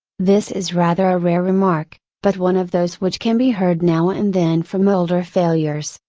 this is rather a rare remark, but one of those which can be heard now and then from older failures,